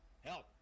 help